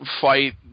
fight